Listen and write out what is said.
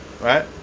Right